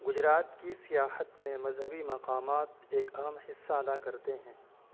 گجرات کی سیاحت میں مذہبی مقامات ایک اہم حصہ ادا کرتے ہیں